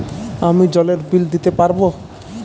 আমি জলের বিল দিতে পারবো?